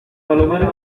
palomares